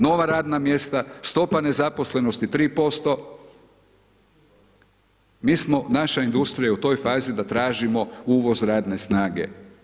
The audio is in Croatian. Nova radna mjesta, stopa nezaposlenosti 3%, mi smo, naša industrija je u toj fazi da tražimo uvoz radne snage.